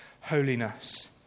holiness